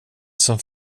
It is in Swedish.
som